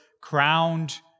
crowned